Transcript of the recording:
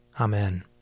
Amen